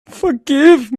forgive